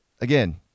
again